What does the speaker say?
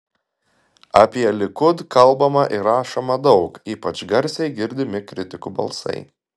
apie likud kalbama ir rašoma daug ypač garsiai girdimi kritikų balsai